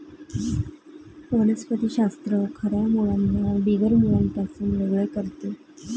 वनस्पति शास्त्र खऱ्या मुळांना बिगर मुळांपासून वेगळे करते